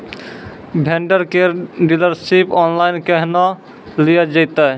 Vendor केर dealership online केहनो लियल जेतै?